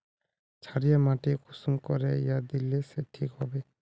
क्षारीय माटी कुंसम करे या दिले से ठीक हैबे?